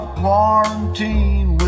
quarantine